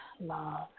love